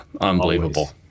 unbelievable